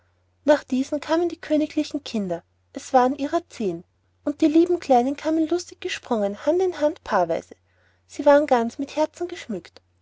nach diesen kamen die königlichen kinder es waren ihrer zehn und die lieben kleinen kamen lustig gesprungen hand in hand paarweise sie waren ganz mit herzen geschmückt